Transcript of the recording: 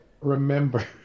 remember